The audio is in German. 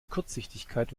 kurzsichtigkeit